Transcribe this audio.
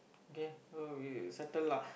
okay all of it settle lah